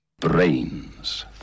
Brains